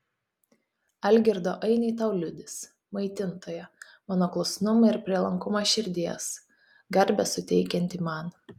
algirdo ainiai tau liudys maitintoja mano klusnumą ir prielankumą širdies garbę suteikiantį man